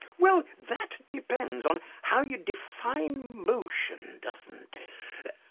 well that depends on how you define motion doesn't it?